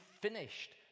finished